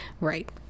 Right